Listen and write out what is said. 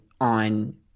on